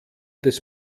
des